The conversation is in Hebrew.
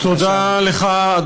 תודה לך,